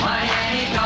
Miami